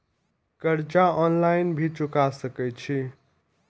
कर्जा ऑनलाइन भी चुका सके छी?